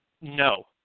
No